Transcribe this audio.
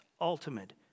ultimate